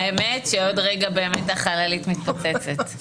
האמת שעוד רגע באמת החללית מתפוצצת,